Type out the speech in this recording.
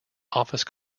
office